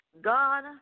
God